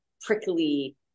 prickly